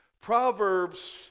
Proverbs